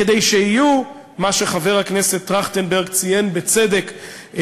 כדי שיהיו, מה שחבר הכנסת טרכטנברג ציין בצדק,